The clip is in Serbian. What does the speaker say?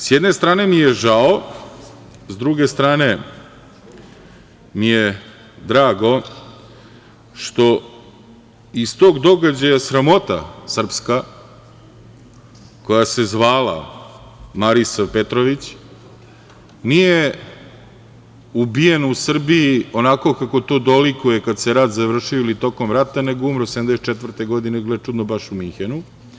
S jedne strane mi je žao, s druge strane mi je drago što iz tog događaja sramota srpska koja se zvala Marisav Petrović nije ubijena u Srbiji onako kako to dolikuje kad se rat završio ili tokom rata, nego umro 1974. godine, gle, čudno, baš u Minhenu.